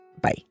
Bye